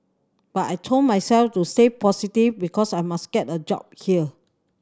but I told myself to stay positive because I must get a job here